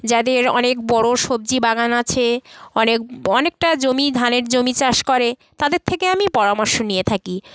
যাদের অনেক বড়ো সবজি বাগান আছে অনেক অনেকটা জমি ধানের জমি চাষ করে তাদের থেকে আমি পরামর্শ নিয়ে থাকি